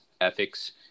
ethics